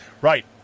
right